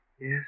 Yes